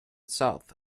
south